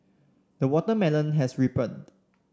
the watermelon has ripened